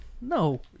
No